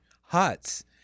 huts